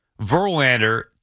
Verlander